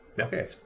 Okay